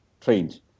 trained